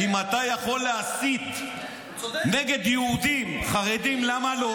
אם אתה יכול להסית נגד יהודים חרדים, למה לא?